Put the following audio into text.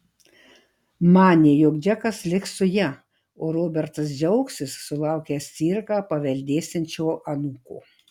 manė jog džekas liks su ja o robertas džiaugsis sulaukęs cirką paveldėsiančio anūko